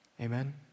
Amen